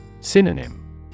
Synonym